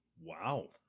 Wow